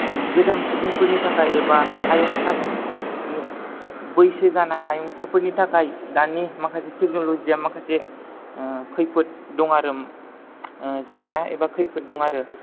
गोजाम सुबुंफोरनि थाखाय एबा हायुंसा बैसो जानाय हायुंसाफोरनि थाखाय दानि माखासे टेक्न'लजिया माखासे खैफोद दं आरो जेंना एबा खैफोद दं आरो